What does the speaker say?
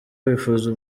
wifuza